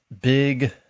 big